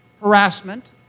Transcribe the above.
harassment